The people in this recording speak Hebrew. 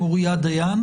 מוריה דיין